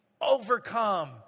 overcome